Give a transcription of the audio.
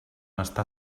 estar